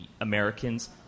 Americans